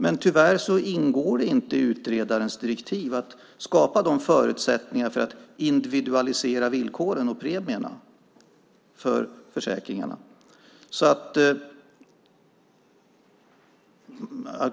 Men tyvärr ingår det inte i utredarens direktiv att skapa förutsättningar för att individualisera villkoren och premierna för försäkringarna